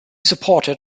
supported